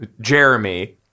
Jeremy